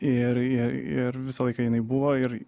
ir i ir visą laiką jinai buvo ir